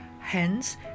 Hence